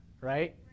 right